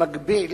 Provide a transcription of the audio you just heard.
במקביל,